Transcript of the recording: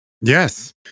Yes